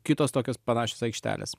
kitos tokios panašios aikštelės